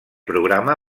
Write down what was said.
programa